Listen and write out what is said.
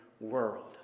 world